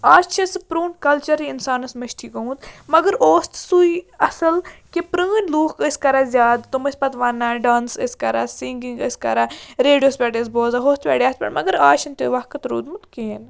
آز چھِ سُہ پرٛون کَلچَرٕے اِنسانَس مٔشتھے گوٚمُت مگر اوس تہٕ سُے اَصٕل کہِ پرٛٲنۍ لوٗکھ ٲسۍ کَران زیادٕ تم ٲسۍ پَتہٕ وَنان ڈانٕس ٲسۍ کَران سِنٛگِنٛگ ٲسۍ کَران ریڈیوَس پٮ۪ٹھ ٲسۍ بوزان ہُتھ پٮ۪ٹھ یَتھ پٮ۪ٹھ مگر آز چھِنہٕ تُہۍ وقت روٗدمُت کِہیٖنۍ